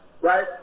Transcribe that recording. right